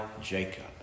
Jacob